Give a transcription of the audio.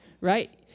right